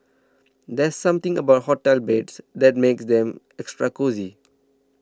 there's something about hotel beds that makes them extra cosy